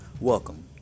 Welcome